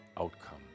outcome